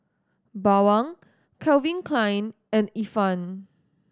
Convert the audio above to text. Bawang Calvin Klein and Ifan